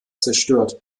zerstört